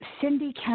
Cindy